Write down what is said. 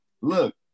Look